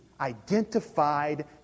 identified